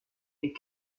est